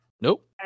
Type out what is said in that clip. Nope